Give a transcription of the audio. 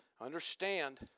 Understand